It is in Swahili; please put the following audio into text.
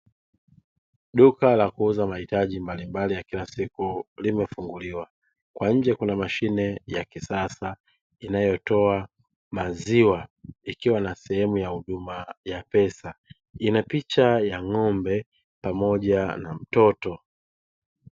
Duka la kuuza mahitaji mbalimbali ya kila siku limefunguliwa, kwa nje kuna mashine ya kisasa inayotoa maziwa. Ikiwa na sehemu ya huduma ya pesa, ina picha ya ng’ombe pamoja na mtoto.